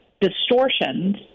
distortions